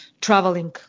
traveling